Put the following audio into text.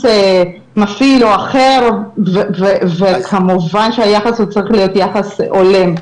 מפלה או אחר וכמובן שהיחס הוא צריך להיות יחס הולם.